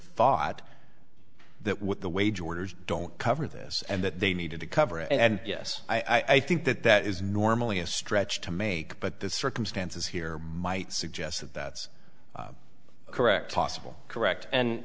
thought that with the wage orders don't cover this and that they needed to cover and yes i think that that is normally a stretch to make but the circumstances here might suggest that that's correct toss a bill correct and